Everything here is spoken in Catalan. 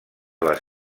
les